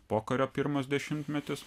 pokario pirmas dešimtmetis